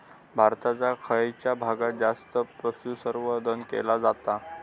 भारताच्या खयच्या भागात जास्त पशुसंवर्धन केला जाता?